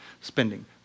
spending